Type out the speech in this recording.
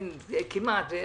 כמעט.